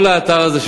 כל האתר הזה,